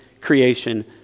creation